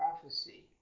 prophecy